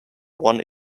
one